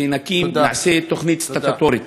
שנעשה תוכנית סטטוטורית,